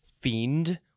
fiend